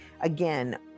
Again